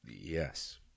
yes